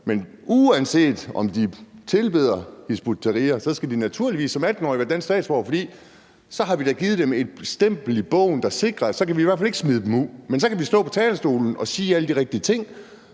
at uanset om de tilbeder Hizb ut-Tahrir, skal de naturligvis som 18-årige være danske statsborgere, for så har vi da givet dem et stempel i bogen, der sikrer, at så kan vi i hvert fald ikke smide dem ud. Men så kan vi stå på talerstolen og sige alle de rigtige ting